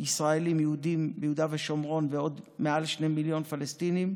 ישראלים יהודים ביהודה ושומרון ועוד מעל שני מיליון פלסטינים,